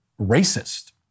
racist